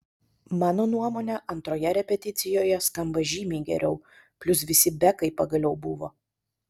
mano nuomone antroje repeticijoje skamba žymiai geriau plius visi bekai pagaliau buvo